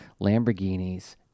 Lamborghinis